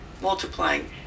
multiplying